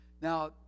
Now